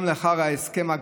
גם לאחר הסכם הגג,